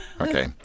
Okay